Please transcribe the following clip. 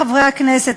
חברי חברי הכנסת,